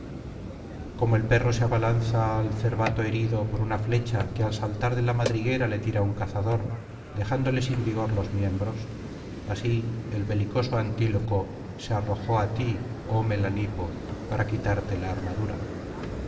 como el perro se abalanza al cervato herido por una flecha que al saltar de la madriguera le tira un cazador dejándole sin vigor los miembros así el belicoso antíloco se arrojó á ti oh melanipo para quitarte la armadura